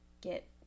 get